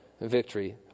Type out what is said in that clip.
victory